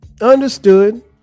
understood